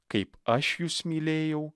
kaip aš jus mylėjau